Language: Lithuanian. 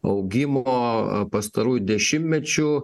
augimo pastarųjų dešimtmečių